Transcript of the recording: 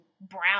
brown